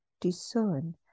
discern